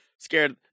scared